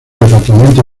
departamento